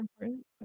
important